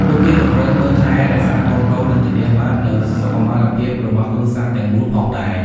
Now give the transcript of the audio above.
ពួកគេក៏ត្រូវមើលថែរក្សាកូនៗ និងធានាបាននូវសុខុមាលភាពរបស់គ្រួសារទាំងមូលផងដែរ។